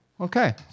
Okay